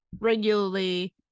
regularly